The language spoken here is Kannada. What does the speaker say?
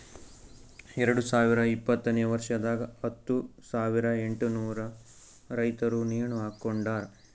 ಎರಡು ಸಾವಿರ ಇಪ್ಪತ್ತನೆ ವರ್ಷದಾಗ್ ಹತ್ತು ಸಾವಿರ ಎಂಟನೂರು ರೈತುರ್ ನೇಣ ಹಾಕೊಂಡಾರ್